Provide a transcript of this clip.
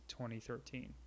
2013